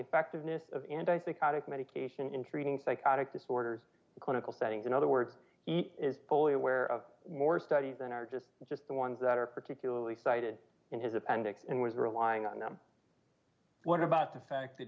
effectiveness of and i think otic medication in treating psychotic disorders clinical settings in other words is fully aware of more studies than are just just the ones that are particularly cited in his appendix and was relying on them what about the fact that